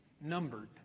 numbered